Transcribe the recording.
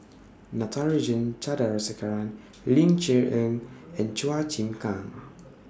Natarajan Chandrasekaran Ling Cher Eng and Chua Chim Kang